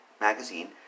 magazine